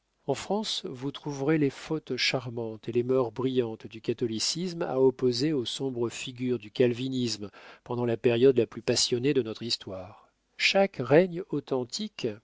en france vous trouverez les fautes charmantes et les mœurs brillantes du catholicisme à opposer aux sombres figures du calvinisme pendant la période la plus passionnée de notre histoire chaque règne authentique